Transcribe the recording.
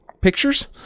pictures